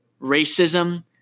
Racism